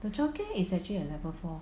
the childcare is actually at level four